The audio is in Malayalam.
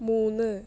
മൂന്ന്